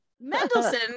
Mendelssohn